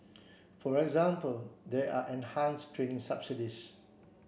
for example there are enhanced training subsidies